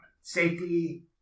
safety